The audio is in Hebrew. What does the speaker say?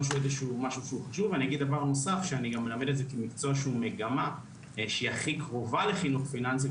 אני מלמד מקצוע שהוא מגמה שהיא הכי קרובה לחינוך פיננסי,